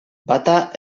bata